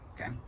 okay